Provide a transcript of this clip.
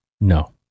no